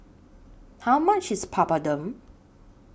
How much IS Papadum